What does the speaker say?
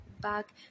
back